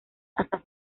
hasta